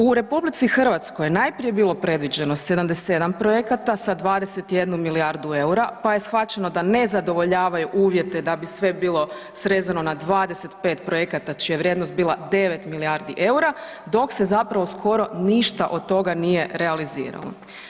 U RH najprije je bilo predviđeno 77 projekata sa 21 milijardu EUR-a pa je shvaćeno da ne zadovoljavaju uvjete da bi sve bilo srezano na 25 projekata čija je vrijednost bila 9 milijardi EUR-a dok se zapravo skoro ništa od toga nije realiziralo.